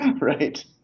Right